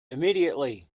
immediately